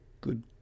Good